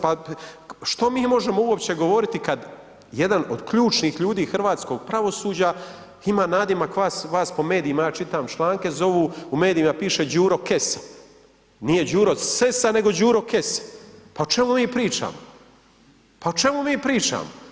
Pa, što mi možemo uopće govoriti kad jedan od ključnih ljudi hrvatskog pravosuđa ima nadimak vas po medijima, ja čitam članke zovu, u medijima piše Đuro Kesa, nije Đuro Sessa, nego Đuro Kesa, pa o čemu mi pričamo, pa o čemu mi pričamo.